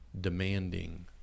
demanding